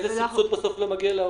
איזה סבסוד בסוף לא מגיע להורים?